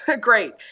great